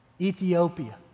Ethiopia